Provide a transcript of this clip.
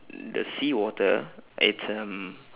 the seawater it's um